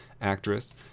Actress